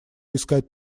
искать